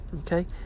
Okay